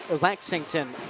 Lexington